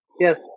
Yes